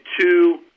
two